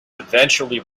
eventually